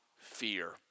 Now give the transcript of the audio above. fear